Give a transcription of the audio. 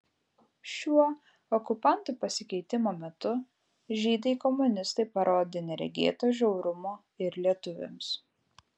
šiuo okupantų pasikeitimo metu žydai komunistai parodė neregėto žiaurumo ir lietuviams